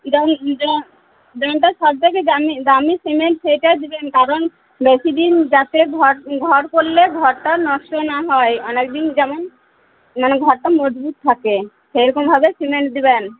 যেমন যে যেমনটা সব থেকে দামি দামি সিমেন্ট সেটা দিবেন কারণ বেশি দিন যাতে ঘর ঘর করলে ঘরটা নষ্ট না হয় অনেক দিন যেমন মানে ঘরটা মজবুত থাকে সেই রকমভাবে সিমেন্ট দিবেন